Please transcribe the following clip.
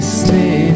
stay